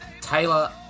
Taylor